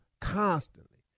constantly